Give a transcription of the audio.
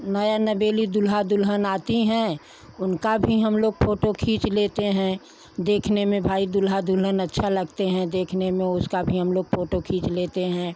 नया नवेली दूल्हा दुल्हन आती हैं उनका भी हम लोग फोटो खींच लेते हैं देखने में भाई दूल्हा दुल्हन अच्छा लगते हैं देखने में उसका भी हम लोग फोटो खींच लेते हैं